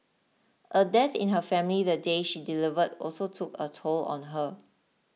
a death in her family the day she delivered also took a toll on her